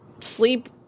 sleep